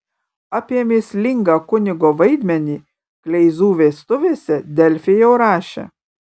apie mįslingą kunigo vaidmenį kleizų vestuvėse delfi jau rašė